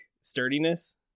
sturdiness